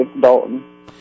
Dalton